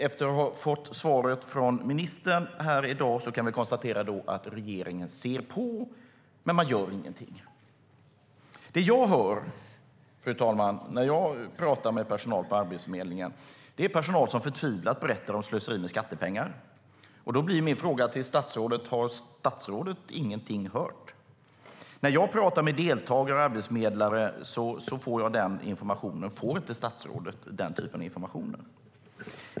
Efter att ha fått svaret från ministern här i dag kan jag konstatera att regeringen ser på men ingenting gör. Det jag hör, fru talman, när jag pratar med personal på Arbetsförmedlingen är anställda som förtvivlat berättar om slöseri med skattepengar. Min fråga till statsrådet är: Har statsrådet ingenting hört? När jag pratar med deltagare och arbetsförmedlare får jag den informationen. Får inte statsrådet den typen av information?